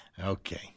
Okay